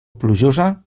plujosa